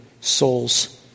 souls